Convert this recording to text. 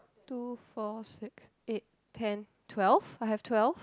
two four six eight ten twelve I have twelve